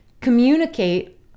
communicate